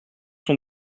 sont